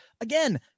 Again